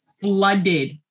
flooded